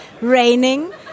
raining